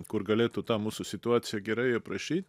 kur galėtų tą mūsų situaciją gerai aprašyt